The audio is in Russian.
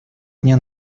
дня